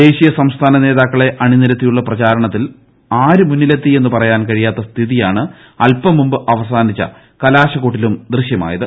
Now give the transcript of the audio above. ദേശീയസംസ്ഥാന നേതാക്കളെ അണിനിരത്തിയുള്ള പ്രചാരണത്തിൽ ആര് മുന്നിലെത്തി എന്ന് പറയാൻ കഴിയാത്ത സ്ഥിതിയാണ് അൽപം മുമ്പ് അവസാനിച്ച കലാശക്കൊട്ടിലും ദൃശ്യമായത്